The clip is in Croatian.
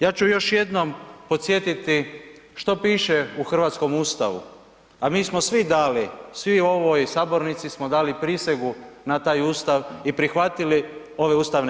Ja ću još jednom podsjetiti što piše u hrvatskom ustavu a mi smo svi dali, svi u ovoj sabornici smo dali prisegu na taj Ustav i prihvatili ove ustavne